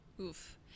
Oof